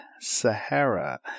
Sahara